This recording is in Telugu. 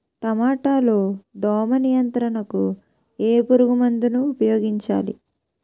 టమాటా లో దోమ నియంత్రణకు ఏ పురుగుమందును ఉపయోగించాలి?